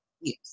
Yes